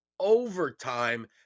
Overtime